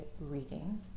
reading